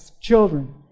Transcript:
children